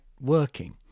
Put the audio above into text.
working